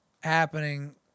happening